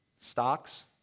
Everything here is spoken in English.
stocks